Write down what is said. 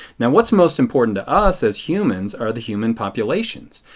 now what is most important to us as humans are the human populations.